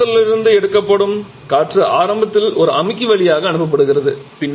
வளிமண்டலத்திலிருந்து எடுக்கப்படும் காற்று ஆரம்பத்தில் ஒரு அமுக்கி வழியாக அனுப்பப்படுகிறது